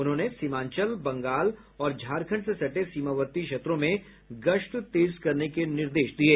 उन्होंने सीमांचल बंगाल और झारखंड से सटे सीमावर्ती क्षेत्रों में गश्त तेज करने के निर्देश दिये